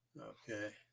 Okay